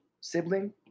sibling